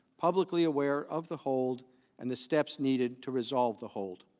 publicly where of the hold and the steps needed to resolve the hold?